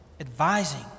advising